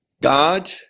God